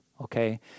okay